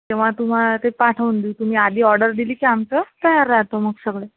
तेव्हा तुम्हाला ते पाठवून देऊ तुम्ही आधी ऑर्डर दिली की आमचं तयार राहतं मग सगळं